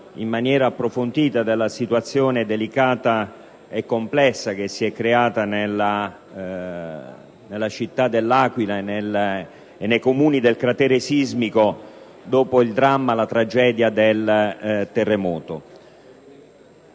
in maniera approfondita, della situazione delicata e complessa che si è creata nella città dell'Aquila e nei Comuni del cratere sismico dopo il dramma del terremoto.